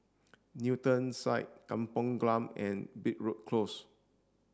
Newton Suites Kampong Glam and Broadrick Close